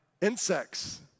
insects